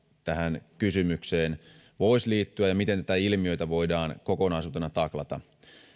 tähän kysymykseen voisi liittyä ja miten ilmiötä voidaan kokonaisuutena taklata